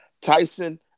Tyson